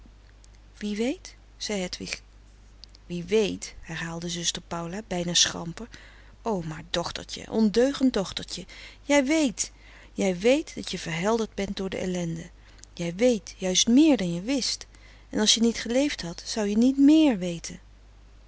wie weet zei hedwig wie weet herhaalde zuster paula bijna schamper o maar dochtertje ondeugend dochtertje jij weet jij weet dat je verhelderd bent door de ellende jij weet juist méér dan je wist en als je niet geleefd had zou je niet méér weten